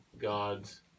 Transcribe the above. God's